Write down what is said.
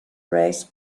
race